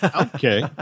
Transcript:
Okay